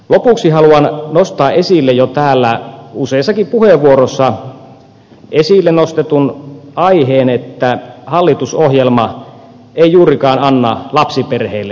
lopuksi haluan nostaa esille jo täällä useissakin puheenvuoroissa esille nostetun aiheen että hallitusohjelma ei juurikaan anna lapsiperheille toivoa